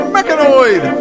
Mechanoid